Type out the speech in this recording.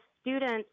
students